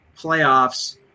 playoffs